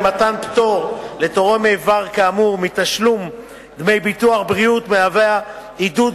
מתן פטור לתורם איבר כאמור מתשלום דמי ביטוח בריאות מהווה עידוד